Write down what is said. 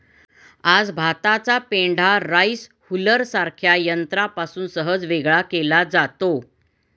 आज भाताचा पेंढा राईस हुलरसारख्या यंत्रापासून सहज वेगळा केला जातो